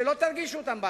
שלא תרגישו אותם בהתחלה.